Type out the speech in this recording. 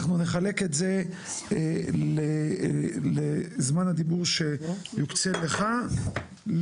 אנחנו נחלק את זה לזמן הדיבור שיוצא לך לאלכס